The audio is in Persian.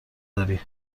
داری